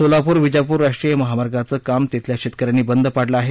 सोलापूर विजापूर राष्ट्रीय महामार्गाचं काम तिथल्या शेतकऱ्यांनी बंद पाडलं आहे